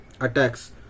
attacks